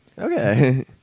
Okay